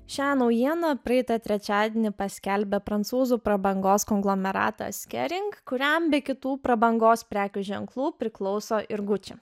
šią naujieną praeitą trečiadienį paskelbė prancūzų prabangos konglomeratas kerink kuriam be kitų prabangos prekių ženklų priklauso ir gucci